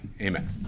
amen